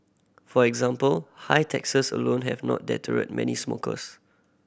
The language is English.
for example high taxes alone have not deterred many smokers